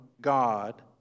God